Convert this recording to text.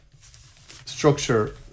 structure